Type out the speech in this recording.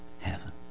heaven